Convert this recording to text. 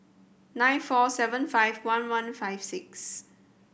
nine four seven five one one five six